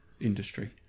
industry